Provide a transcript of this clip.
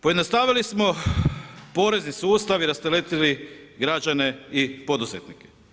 Pojednostavili smo porezni sustav i rasteretili građane i poduzetnike.